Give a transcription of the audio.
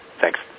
Thanks